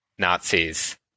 Nazis